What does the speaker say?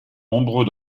nombreux